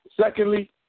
Secondly